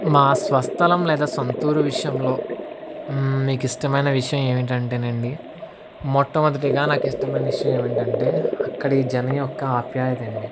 మా స్వస్థలం లేదా సొంత ఊరు విషయంలో మీకు ఇష్టమైన విషయం ఏమిటంటే అండి మొట్టమొదటిగా నాకు ఇష్టమైన విషయం ఏమిటంటే అక్కడి జనం యొక్క ఆప్యాయత అండి